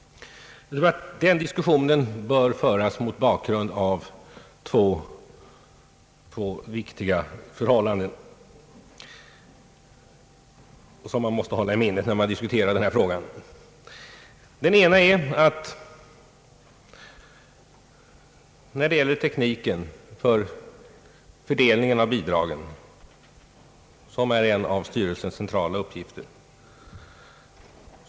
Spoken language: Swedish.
Den diskussionen bör föras mot bakgrunden av två viktiga förhållanden, som man här bör hålla i minnet. Det ena gäller tekniken för fördelningen av bidragen — en av styrelsens centrala uppgifter.